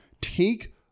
take